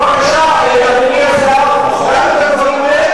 אדוני השר, בדקתי את הדברים, תבדוק אתה גם.